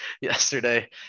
yesterday